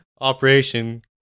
Operation